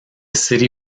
city